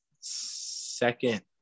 second